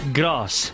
grass